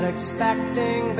expecting